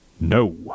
no